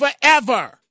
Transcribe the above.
forever